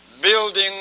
building